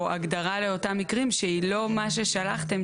או הגדרה לאותם מקרים שהיא לא מה ששלחתם,